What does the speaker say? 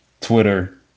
Twitter